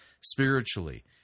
spiritually